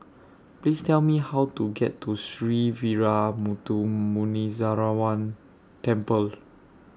Please Tell Me How to get to Sree Veeramuthu Muneeswaran Temple